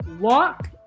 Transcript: Walk